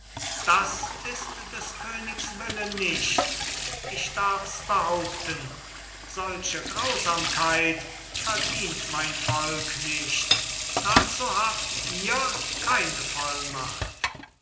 das ist des königs wille nicht ich darf's behaupten solche grausamkeit verdient mein volk nicht dazu habt ihr keine vollmacht